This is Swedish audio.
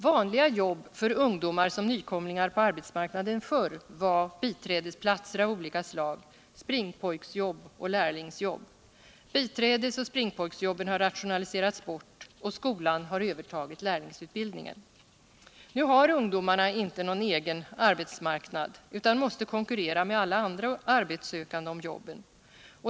Vanliga jobb för ungdomar som var nykomlingar på arbetsmarknaden förr var biträdesplatser av olika slag, springpojksjobb och lärlingsjobb. Birädesoch springpojksjobben har rationaliserats bort, och skolan har övertagit lärlingsutbildningen. Nu har ungdomarna inte någon cgen arbetsmarknad utan mäste konkurrera med alla andra arbetssökande om jobben.